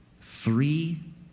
Three